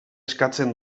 eskatzen